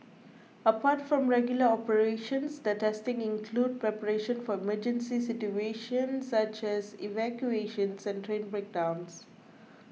apart from regular operations the testing includes preparation for emergency situations such as evacuations and train breakdowns